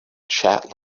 chat